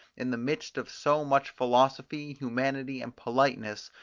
in the midst of so much philosophy, humanity, and politeness,